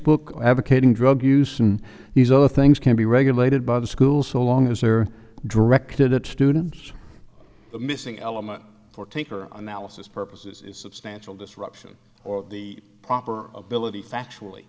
book advocating drug use and these other things can be regulated by the school so long as they're directed at students the missing element for taker analysis purposes is substantial disruption or the proper ability actually